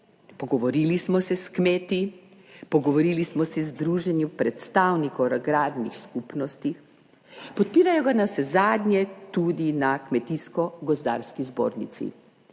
Pogovorili smo se s kmeti, pogovorili smo se z Združenjem predstavnikov agrarnih skupnosti, podpirajo ga navsezadnje tudi na Kmetijsko gozdarski zbornici,